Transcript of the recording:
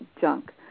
junk